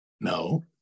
No